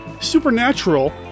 Supernatural